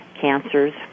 cancers